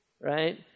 right